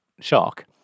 shark